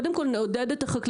קודם כל נעודד את החקלאים,